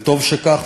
וטוב שכך,